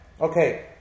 Okay